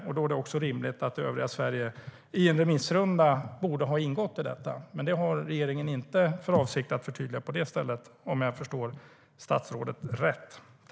Då är det också rimligt att övriga Sverige i en remissrunda borde ha ingått i detta, men det har regeringen inte för avsikt att förtydliga, om jag förstår statsrådet rätt.